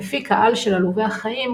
מפיק העל של עלובי החיים,